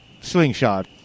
slingshot